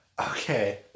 Okay